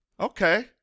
okay